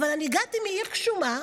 אבל אני הגעתי מעיר גשומה,